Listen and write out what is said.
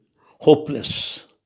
hopeless